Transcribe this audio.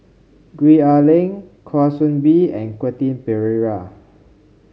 Gwee Ah Leng Kwa Soon Bee and Quentin Pereira